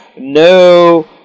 No